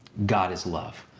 god is love.